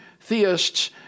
Theists